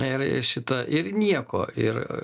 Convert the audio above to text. ir šita ir nieko ir